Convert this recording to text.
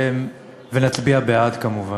ונצביע בעדה כמובן.